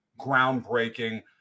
groundbreaking